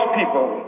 people